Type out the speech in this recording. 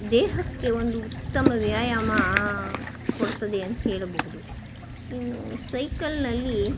ದೇಹಕ್ಕೆ ಒಂದು ಉತ್ತಮ ವ್ಯಾಯಾಮ ಕೊಡ್ತದೆ ಅಂತ ಹೇಳಬೌದು ಇನ್ನು ಸೈಕಲ್ನಲ್ಲಿ